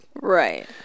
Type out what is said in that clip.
Right